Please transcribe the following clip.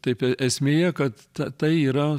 taip e esmėje kad ta tai yra